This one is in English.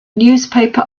newspaper